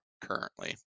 currently